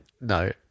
No